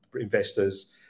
investors